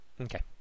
Okay